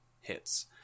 hits